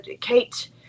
Kate